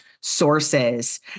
sources